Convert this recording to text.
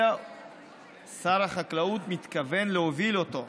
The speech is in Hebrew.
אלא שר החקלאות מתכוון להוביל אותו.